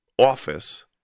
office